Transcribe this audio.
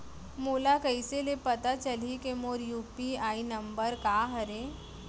मोला कइसे ले पता चलही के मोर यू.पी.आई नंबर का हरे?